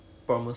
allergic to